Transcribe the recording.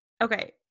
okay